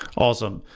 awesome!